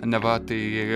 neva tai